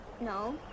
No